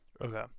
okay